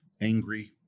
Angry